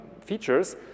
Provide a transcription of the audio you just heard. features